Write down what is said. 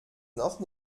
noch